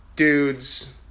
Dudes